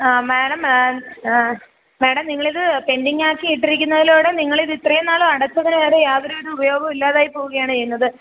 ആ madam madam നിങ്ങളിത് പെൻ്റിങ്ങാക്കി ഇട്ടിരിക്കുന്നതിലൂടെ നിങ്ങളിതിത്രയും നാളും അടച്ചതിന് യാതൊരുവിധ ഉപയോഗവും ഇല്ലാതായിപ്പോകുകയാണ് ചെയ്യുന്നത്